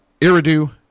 Iridu